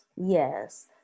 Yes